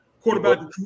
quarterback